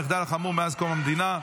המחדל החמור מאז קום המדינה.